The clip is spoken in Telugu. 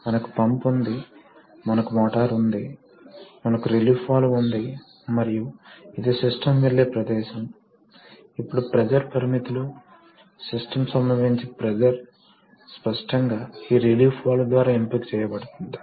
ఒక సాధారణ హైడ్రాలిక్ ద్రవం వాస్తవానికి పెట్రోలియం ఆయిల్ కొన్ని సందర్భాల్లో ఉపయోగిస్తుంది కొన్ని అడిటివ్స్ లేదా కొన్నిసార్లు నీటి ఆయిల్ మిశ్రమాలతో కొన్నింటిని ఉపయోగించబడతాయి